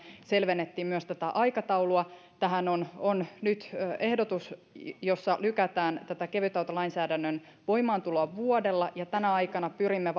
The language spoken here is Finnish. selvennettiin myös tätä aikataulua tähän on on nyt ehdotus jossa lykätään kevytautolainsäädännön voimaantuloa vuodella ja tänä aikana pyrimme